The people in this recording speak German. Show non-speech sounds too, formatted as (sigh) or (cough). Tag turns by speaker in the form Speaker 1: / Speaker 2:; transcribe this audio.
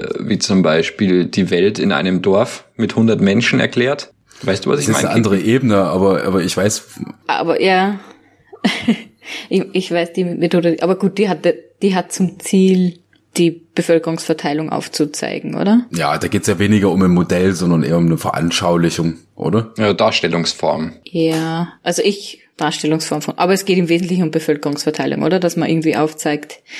Speaker 1: wie zum Beispiel die Welt in einem Dorf mit 100 Menschen erklärt. Weißt du, was
Speaker 2: Das
Speaker 1: ich
Speaker 2: ist eine
Speaker 1: meine?
Speaker 2: andere Ebene, aber- aber ich weiß-
Speaker 3: Aber ja. (laughs) Ich- ich weiß die Methode. Aber gut, die hatte- die hat zum Ziel, die Bevölkerungsverteilung aufzuzeigen, oder?
Speaker 2: Ja, da geht's ja weniger um ein Modell, sondern eher um eine Veranschaulichung, oder?
Speaker 1: Ja, Darstellungsform.
Speaker 3: Ja, also ich- Darstellungsform von- aber es geht im Wesentlichen um Bevölkerungsverteilung, oder? Dass man irgendwie aufzeigt,